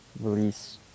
release